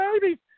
baby